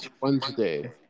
Wednesday